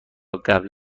قبل